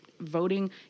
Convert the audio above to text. Voting